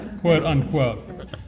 quote-unquote